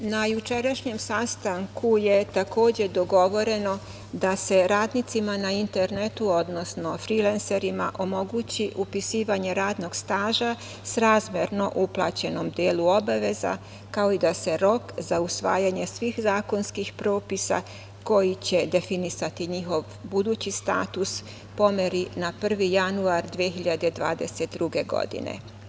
Na jučerašnjem sastanku je takođe dogovoreno da se radnicima na internetu, odnosno frilenserima omogući upisivanje radnog staža srazmerno uplaćenom delu obaveza, kao i da se rok za usvajanje svih zakonskih propisa, koji će definisati njihov budući status, pomeri na 1. januar 2022. godine.